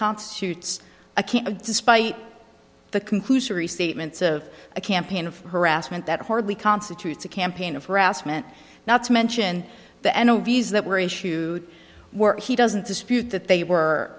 constitutes a key despite the conclusory statements of a campaign of harassment that hardly constitutes a campaign of harassment not to mention the end of viz that were issued were he doesn't dispute that they were